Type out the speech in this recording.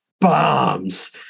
bombs